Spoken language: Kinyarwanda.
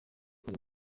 kuza